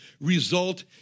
result